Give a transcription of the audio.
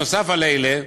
נוסף על אלה,